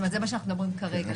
על זה אנחנו מדברים כרגע.